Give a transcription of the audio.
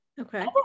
Okay